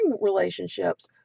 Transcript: relationships